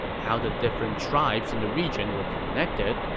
how the different tribes in the region were connected,